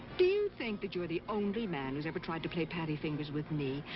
do you think that you're the only man, who's ever tried to play pattyfingers with me?